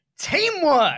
Teamwork